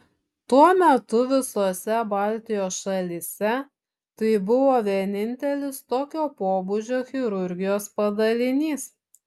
tuo metu visose baltijos šalyse tai buvo vienintelis tokio pobūdžio chirurgijos padalinys